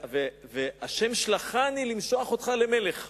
וה' שלחני למשוח אותך למלך.